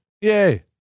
Yay